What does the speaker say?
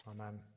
Amen